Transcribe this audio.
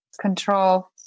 control